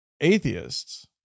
atheists